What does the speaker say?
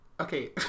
Okay